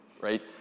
right